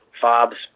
FOBs